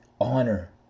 Honor